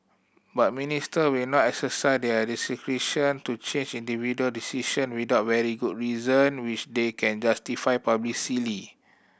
but Minister will not their discretion to change individual decision without very good reason which they can justify